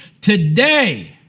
Today